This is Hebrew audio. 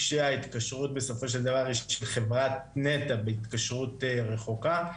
כשההתקשרות בסופו של דבר היא של חברת נת"ע בהתקשרות רחוקה,